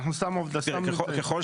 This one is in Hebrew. אנחנו סתם עובדים פה.